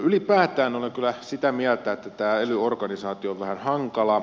ylipäätään olen kyllä sitä mieltä että ely organisaatio on vähän hankala